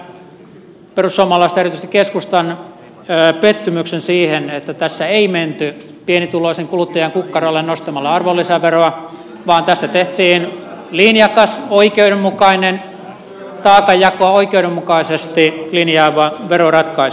ymmärrän perussuomalaisten ja erityisesti keskustan pettymyksen siihen että tässä ei menty pienituloisen kuluttajan kukkarolle nostamalla arvonlisäveroa vaan tässä tehtiin linjakas oikeudenmukainen taakanjako oikeudenmukaisesti linjaava veroratkaisu